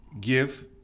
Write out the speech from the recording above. give